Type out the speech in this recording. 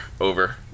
over